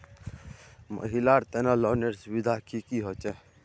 महिलार तने लोनेर सुविधा की की होचे?